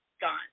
gone